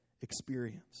experience